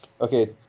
Okay